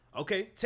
Okay